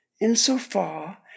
Insofar